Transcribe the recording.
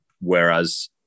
Whereas